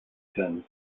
terms